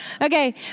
Okay